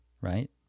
right